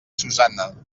susanna